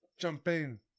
Champagne